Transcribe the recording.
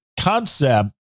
concept